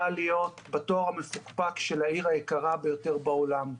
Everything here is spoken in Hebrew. להיות בתואר המפוקפק של העיר היקרה ביותר בעולם.